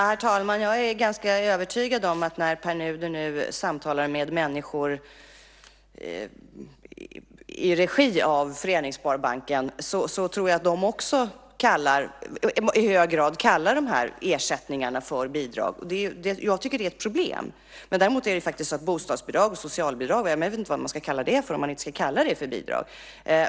Herr talman! Jag är ganska övertygad om att när Pär Nuder samtalar med människor i regi av Föreningssparbanken kallar också de dessa ersättningar för bidrag. Jag tycker att detta är ett problem. Jag vet inte vad man ska kalla bostadsbidrag och socialbidrag om de inte ska kallas för just bidrag.